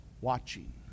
watching